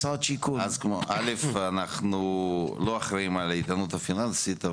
ראשית, אנחנו לא אחראים על האיתנות הפיננסית.